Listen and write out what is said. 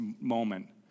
moment